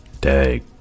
Dag